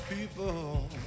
people